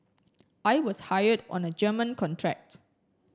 I was hired on a German contract